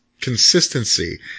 consistency